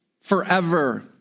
forever